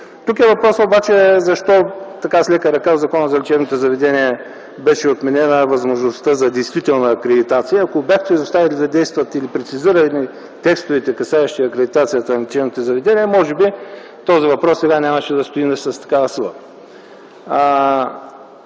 Тук е въпросът обаче защо с лека ръка в Закона за лечебните заведения беше отменена възможността за действителна акредитация. Ако бяхте прецизирали текстовете, касаещи акредитацията на лечебните заведения, може би този въпрос сега нямаше да стои с такава сила.